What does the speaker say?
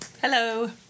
Hello